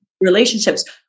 relationships